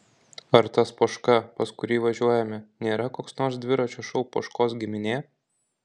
ar tas poška pas kurį važiuojame nėra koks nors dviračio šou poškos giminė